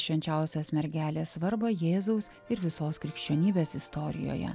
švenčiausios mergelės svarbą jėzaus ir visos krikščionybės istorijoje